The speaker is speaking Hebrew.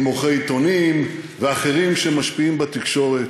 עם עורכי עיתונים ואחרים שמשפיעים בתקשורת,